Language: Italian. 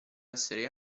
essere